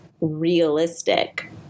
realistic